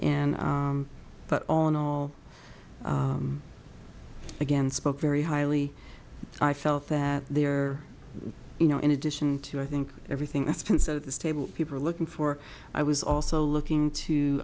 and but all in all again spoke very highly i felt that there you know in addition to i think everything that's been so this table people are looking for i was also